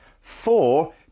Four